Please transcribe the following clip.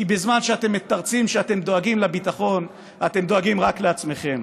כי בזמן שאתם מתרצים שאתם דואגים לביטחון אתם דואגים רק לעצמכם.